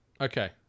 okay